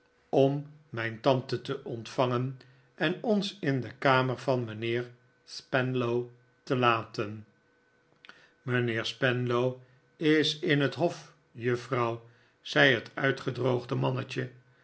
om mijn tante te ontvangen en ons in de kamer van mijnheer spenlow te laten mijnheer spenlow is in het hof juffrouw zei het uitgedroogde mannetje